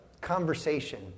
conversation